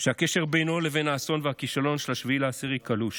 שהקשר בינו לבין האסון והכישלון של 7 באוקטובר קלוש.